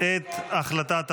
את החלטת הוועדה.